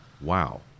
Wow